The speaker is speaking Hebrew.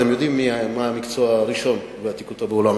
אתם יודעים מה המקצוע הראשון בעתיקותו בעולם?